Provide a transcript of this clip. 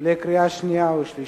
יושב-ראש ועדת העבודה והרווחה,